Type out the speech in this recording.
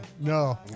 No